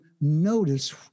notice